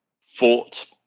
fought